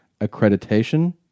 accreditation